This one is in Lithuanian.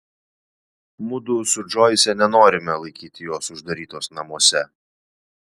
mudu su džoise nenorime laikyti jos uždarytos namuose